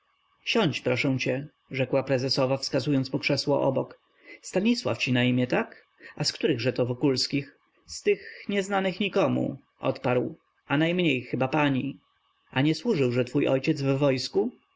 siądź proszę cię rzekła prezesowa wskazując mu krzesło obok stanisław ci na imię tak a z którychże to wokulskich z tych nieznanych nikomu odparł a najmniej chyba pani a nie służyłże twój ojciec w wojsku